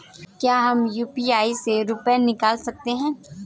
क्या हम यू.पी.आई से रुपये निकाल सकते हैं?